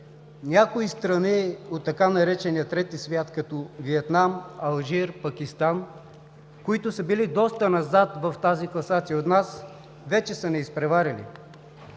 Някои страни от така наречения „трети свят“, като Виетнам, Алжир и Пакистан, които са били доста назад в тази класация от нас, вече са ни изпреварили.